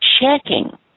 checking